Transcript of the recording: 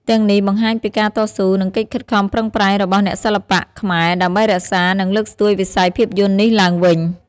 ទាំងនេះបង្ហាញពីការតស៊ូ និងកិច្ចខិតខំប្រឹងប្រែងរបស់អ្នកសិល្បៈខ្មែរដើម្បីរក្សា និងលើកស្ទួយវិស័យភាពយន្តនេះឡើងវិញ។